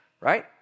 right